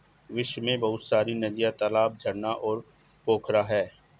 विश्व में बहुत सारी नदियां, तालाब, झरना और पोखरा है